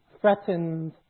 threatened